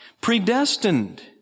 predestined